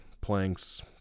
planks